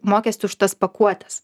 mokestį už tas pakuotes